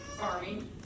farming